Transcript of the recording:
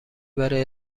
برای